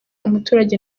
umuturage